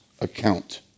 account